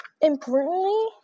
Importantly